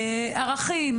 ערכים,